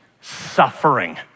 Suffering